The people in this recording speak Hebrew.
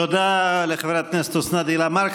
תודה לחברת הכנסת אוסנת הילה מארק.